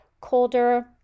colder